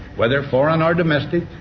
whether foreign or domestic,